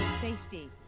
Safety